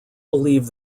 believe